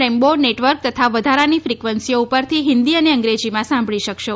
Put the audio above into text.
rainbow network તથા વધારાની ફિકવન્સીઓ પરથી હિંદી અને અંગ્રેજીમાં સાંભળી શકશો